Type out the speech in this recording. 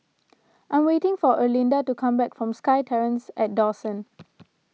I am waiting for Erlinda to come back from SkyTerrace at Dawson